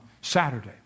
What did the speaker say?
Saturday